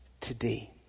today